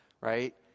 right